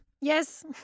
Yes